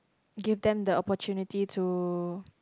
give them the opportunity to